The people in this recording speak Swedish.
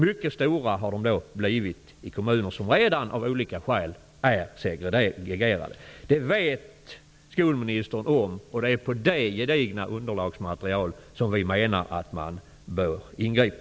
De har blivit mycket stora i kommuner som redan av olika skäl är segregerade. Det vet skolministern om. Det är på detta gedigna underlagsmaterial som vi menar att man bör ingripa.